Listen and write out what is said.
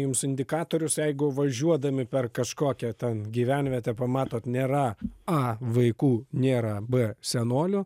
jums indikatorius jeigu važiuodami per kažkokią ten gyvenvietę pamatot nėra a vaikų nėra b senolių